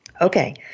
Okay